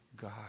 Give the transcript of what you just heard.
God